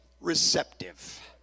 receptive